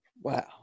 Wow